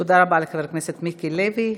תודה רבה לחבר הכנסת מיקי לוי.